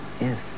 yes